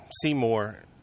Seymour